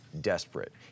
desperate